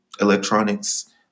electronics